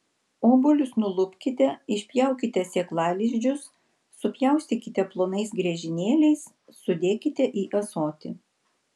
obuolius nulupkite išpjaukite sėklalizdžius supjaustykite plonais griežinėliais sudėkite į ąsotį